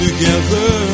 Together